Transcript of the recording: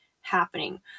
happening